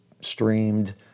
streamed